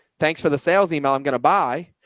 thanks for the sales email i'm going to buy.